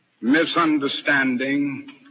misunderstanding